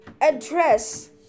address